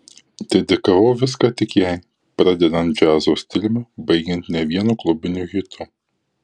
dedikavau viską tik jai pradedant džiazo stiliumi baigiant ne vienu klubiniu hitu